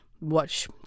watch